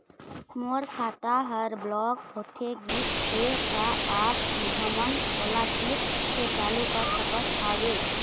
मोर खाता हर ब्लॉक होथे गिस हे, का आप हमन ओला फिर से चालू कर सकत हावे?